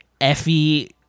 Effie